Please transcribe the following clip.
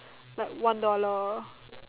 but one dollar